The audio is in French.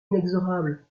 inexorable